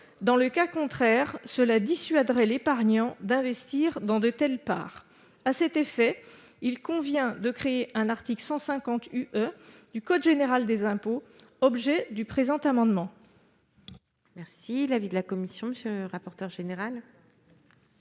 Dans le cas contraire, cela dissuaderait l'épargnant d'investir dans de telles parts. À cet effet, il convient de créer un article 150 UE du code général des impôts, objet du présent amendement. Quel est l'avis de la commission ? J'oppose un avis